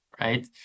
right